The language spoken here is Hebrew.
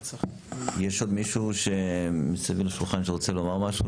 יש עוד מישהו מסביב לשולחן שרוצה להגיד משהו,